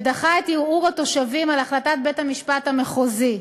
ודחה את ערעור התושבים על החלטת בית-המשפט המחוזי.